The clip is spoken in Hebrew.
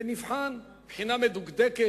ונבחן בחינה מדוקדקת.